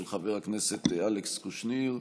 של חבר הכנסת אלכס קושניר,